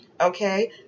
Okay